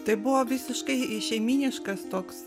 tai buvo visiškai šeimyniškas toks